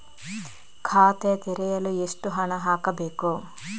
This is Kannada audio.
ಖಾತೆ ತೆರೆಯಲು ಎಷ್ಟು ಹಣ ಹಾಕಬೇಕು?